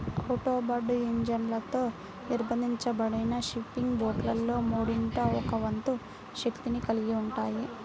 outboard ఇంజన్లతో నిర్బంధించబడిన fishing బోట్లలో మూడింట ఒక వంతు శక్తిని కలిగి ఉంటాయి